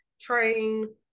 train